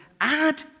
Add